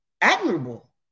admirable